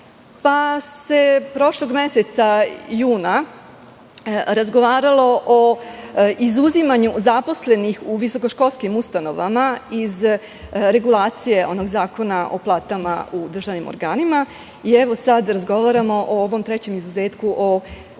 Prošlog meseca, juna, razgovaralo se o izuzimanju zaposlenih u visokoškolskim ustanovama iz regulacije Zakona o platama u državnim organima. Evo, sada razgovaramo o ovom trećem izuzetku, o platama